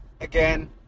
again